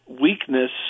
weakness